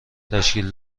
تشکیل